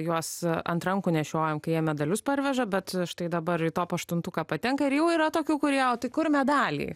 juos ant rankų nešiojam kai jie medalius parveža bet štai dabar į top aštuntuką patenka ir jau yra tokių kurie o tai kur medaliai